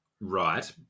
right